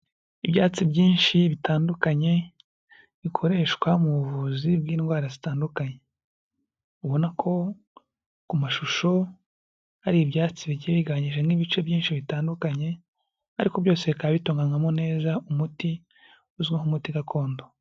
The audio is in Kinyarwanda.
Ibyatsi byinshi bitandukanye bikoreshwa mu buvuzi bw'indwara zitandukanye. Ubona ko ku mashusho hari ibyatsi bigiye bigabanyijemo ibice byinshi bitandukanye, ariko byose bikaba bitunganywamo neza umuti uzwiho nk'umuti gakondo.